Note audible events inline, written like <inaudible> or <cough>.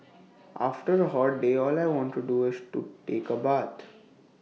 after A hot day all I want to do is to take A bath <noise>